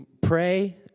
pray